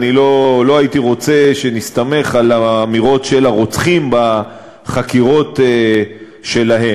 אני לא הייתי רוצה שנסתמך על האמירות של הרוצחים בחקירות שלהם,